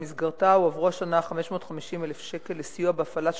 במסגרתה הועברו השנה 550,000 שקל לסיוע בהפעלת